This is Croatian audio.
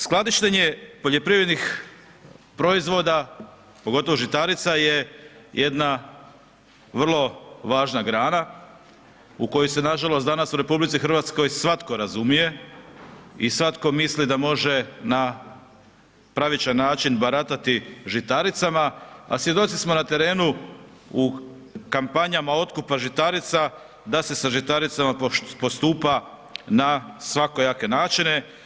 Skladištenje poljoprivrednih proizvoda, pogotovo žitarica je jedna vrlo važna grana u kojoj se nažalost danas u RH svatko razumije i svatko misli da može na pravičan način baratati žitaricama, a svjedoci smo na terenu u kampanjama otkupa žitarica, da se sa žitaricama postupa na svakojake načine.